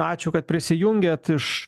ačiū kad prisijungiat iš